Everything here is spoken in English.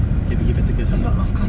kereta kereta take it slow